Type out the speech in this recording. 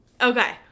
okay